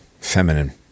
feminine